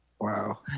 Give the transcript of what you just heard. Wow